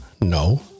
no